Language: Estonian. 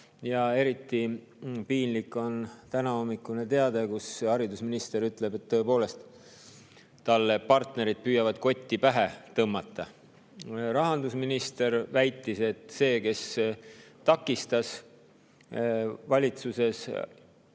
Eriti piinlik oli tänahommikune teade, kui haridusminister ütles, et tõepoolest talle partnerid püüavad kotti pähe tõmmata. Rahandusminister väitis, et see, kes valitsuses